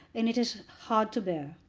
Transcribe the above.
and it is hard to bear.